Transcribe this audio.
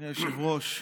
אדוני היושב-ראש,